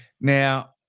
Now